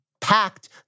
packed